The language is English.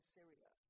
Syria